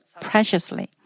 preciously